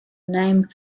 name